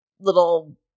little